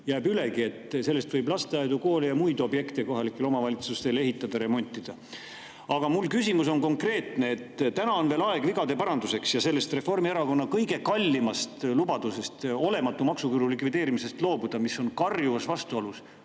jääb ülegi, sellest võib lasteaedu, koole ja muid objekte kohalikele omavalitsustele ehitada ja neid remontida. Aga mu küsimus on konkreetne. Täna on veel aega, et vigu parandada ja sellest Reformierakonna kõige kallimast lubadusest, olematu maksuküüru likvideerimisest loobuda. See on karjuvas vastuolus